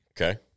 Okay